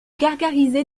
gargarisez